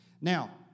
Now